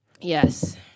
Yes